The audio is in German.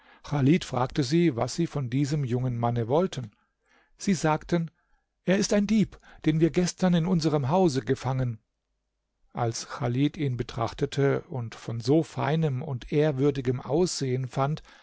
fragte sie was sie von diesem jungen manne wollten sie sagten er ist ein dieb den wir gestern in unserem hause gefangen als chalid ihn betrachtete und von so feinem und ehrwürdigem aussehen fand